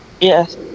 Yes